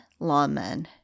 Lawmen